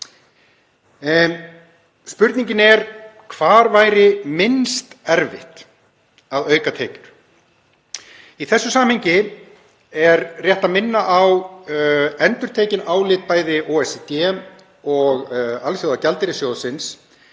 spurningin er: Hvar væri minnst erfitt að auka tekjur? Í þessu samhengi er rétt að minna á endurtekin álit bæði OECD og Alþjóðagjaldeyrissjóðsins